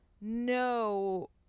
no